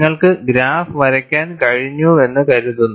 നിങ്ങൾക്ക് ഗ്രാഫ് വരയ്ക്കാൻ കഴിഞ്ഞുവെന്ന് കരുതുന്നു